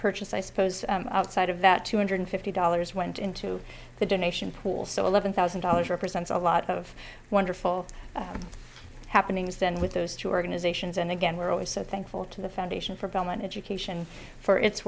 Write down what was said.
purchase i suppose outside of that two hundred fifty dollars went into the donation pool so eleven thousand dollars represents a lot of wonderful happenings then with those two organizations and again we're always so thankful to the foundation for bellman education for it